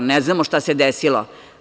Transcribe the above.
Ne znamo šta se desilo.